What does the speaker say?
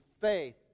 faith